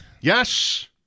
Yes